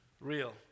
real